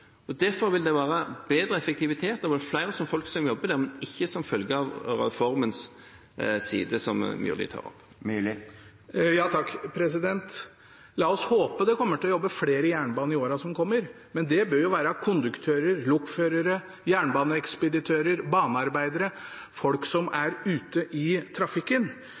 Derfor vil det være bedre effektivitet jo flere folk som jobber der, men ikke som en følge av den siden av reformen som representanten Myrli tar opp. La oss håpe det kommer til å jobbe flere i jernbanen i åra som kommer, men det bør jo være konduktører, lokførere, jernbaneekspeditører, banearbeidere, folk som er ute i trafikken.